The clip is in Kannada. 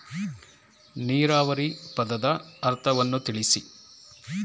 ನೀರಾವರಿ ಪದದ ಅರ್ಥವನ್ನು ತಿಳಿಸಿ?